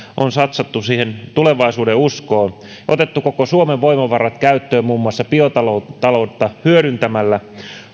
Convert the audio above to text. on satsattu siihen tulevaisuudenuskoon otettu koko suomen voimavarat käyttöön muun muassa biotaloutta hyödyntämällä